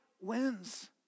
wins